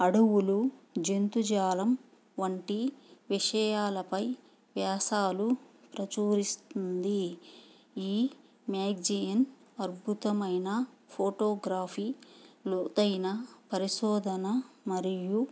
అడవులు జంతుజాలం వంటి విషయాలపై వ్యాసాలు ప్రచురిస్తుంది ఈ మ్యాగజీన్ అద్భుతమైన ఫోటోగ్రాఫీ లోతైన పరిశోధన మరియు